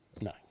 No